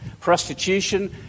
Prostitution